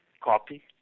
copy